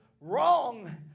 wrong